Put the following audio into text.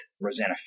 Rosanna